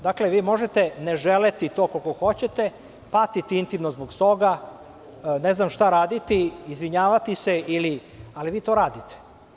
Dakle, možete to ne želeti koliko hoćete, patiti intimno zbog toga, ne znam šta raditi, izvinjavati se, ali vi to radite.